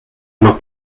noch